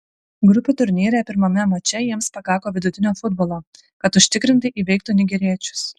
grupių turnyre pirmame mače jiems pakako vidutinio futbolo kad užtikrintai įveiktų nigeriečius